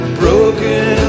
broken